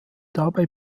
dabei